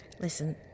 Listen